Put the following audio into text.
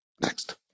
Next